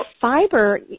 fiber